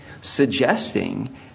suggesting